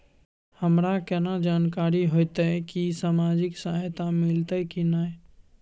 हमरा केना जानकारी होते की सामाजिक सहायता मिलते की नय?